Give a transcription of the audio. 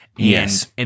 Yes